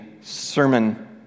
sermon